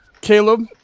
Caleb